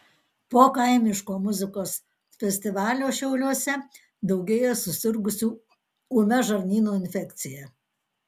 po kaimiško muzikos festivalio šiauliuose daugėja susirgusių ūmia žarnyno infekcija